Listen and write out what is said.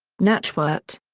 nachwort.